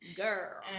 Girl